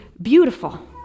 Beautiful